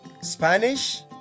Spanish